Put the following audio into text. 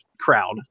crowd